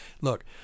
look